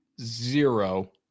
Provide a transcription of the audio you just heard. zero